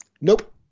Nope